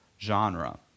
genre